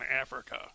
Africa